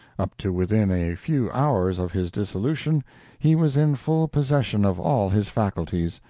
up to within a few hours of his dissolution he was in full possession of all his faculties,